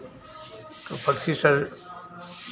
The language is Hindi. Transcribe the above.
का पक्षी शर